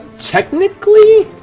technically,